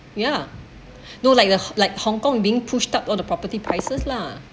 ya no like the like Hong-Kong being pushed up all the property prices lah